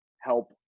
help